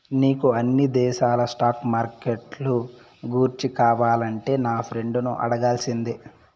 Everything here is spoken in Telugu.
నీకు అన్ని దేశాల స్టాక్ మార్కెట్లు గూర్చి కావాలంటే నా ఫ్రెండును అడగాల్సిందే